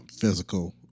physical